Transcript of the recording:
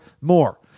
more